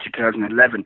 2011